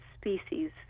species